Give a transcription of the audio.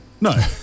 No